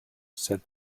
said